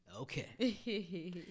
Okay